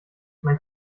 man